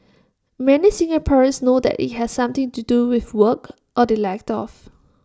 many Singaporeans know that IT has something to do with work or the lack of